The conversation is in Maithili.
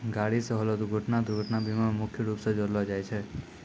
गाड़ी से होलो दुर्घटना दुर्घटना बीमा मे मुख्य रूपो से जोड़लो जाय छै